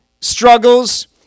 struggles